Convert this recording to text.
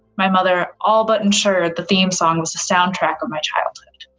my mother all but ensured the theme song was the soundtrack of my childhood